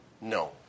no